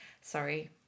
sorry